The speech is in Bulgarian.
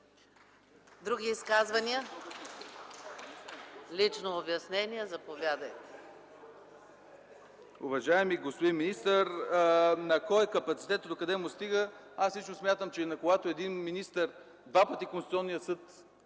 Други изказвания? Лично обяснение – заповядайте.